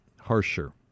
harsher